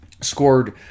scored